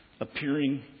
appearing